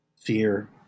fear